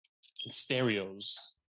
stereos